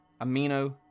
amino